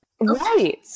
Right